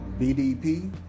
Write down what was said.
BDP